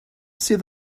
sydd